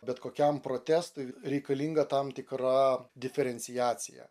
bet kokiam protestui reikalinga tam tikra diferenciacija